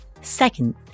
Second